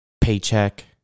paycheck